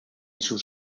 sus